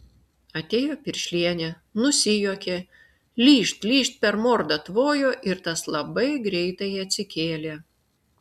atėjo piršlienė nusijuokė lyžt lyžt per mordą tvojo ir tas labai greitai atsikėlė